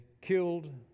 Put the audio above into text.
killed